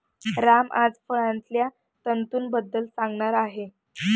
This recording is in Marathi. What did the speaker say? राम आज फळांतल्या तंतूंबद्दल सांगणार आहे